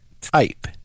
type